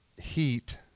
heat